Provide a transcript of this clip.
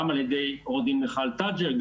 גם על ידי עו"ד מיכל תג'ר,